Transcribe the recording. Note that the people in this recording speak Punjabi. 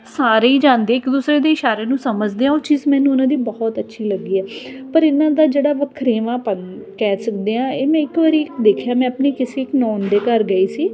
ਸਾਰੇ ਹੀ ਜਾਂਦੇ ਇੱਕ ਦੂਸਰੇ ਦੀ ਇਸ਼ਾਰੇ ਨੂੰ ਸਮਝਦੇ ਉਹ ਚੀਜ਼ ਮੈਨੂੰ ਉਹਨਾਂ ਦੀ ਬਹੁਤ ਅੱਛੀ ਲੱਗੀ ਹੈ ਪਰ ਇਹਨਾਂ ਦਾ ਜਿਹੜਾ ਵਖਰੇਵਾਂ ਆਪਾਂ ਕਹਿ ਸਕਦੇ ਹਾਂ ਇਹ ਮੈਂ ਇੱਕ ਵਾਰ ਦੇਖਿਆ ਮੈਂ ਆਪਣੀ ਕਿਸੇ ਨੋਨ ਦੇ ਘਰ ਗਈ ਸੀ